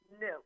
No